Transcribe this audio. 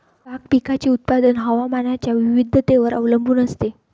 भाग पिकाचे उत्पादन हवामानाच्या विविधतेवर अवलंबून असते